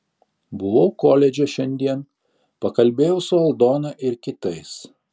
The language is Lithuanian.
buvau koledže šiandien pakalbėjau su aldona ir kitais